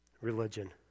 religion